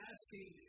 Asking